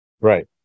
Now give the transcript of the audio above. right